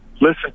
listen